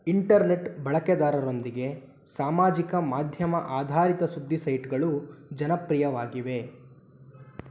internet ಬಳಕೆದಾರರೊಂದಿಗೆ ಸಾಮಾಜಿಕ ಮಾಧ್ಯಮ ಆಧಾರಿತ ಸುದ್ದಿ ಸೈಟ್ಗಳು ಜನಪ್ರಿಯವಾಗಿವೆ